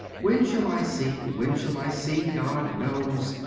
when shall i see, when shall i see, god knows!